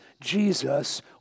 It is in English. Jesus